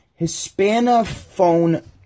Hispanophone